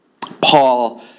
Paul